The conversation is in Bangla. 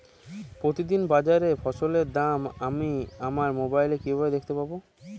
প্রতিদিন বাজারে ফসলের দাম আমি আমার মোবাইলে কিভাবে দেখতে পাব?